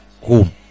home